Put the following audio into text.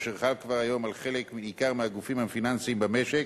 אשר חל כבר היום על חלק ניכר מהגופים הפיננסיים במשק,